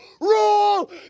rule